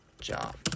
job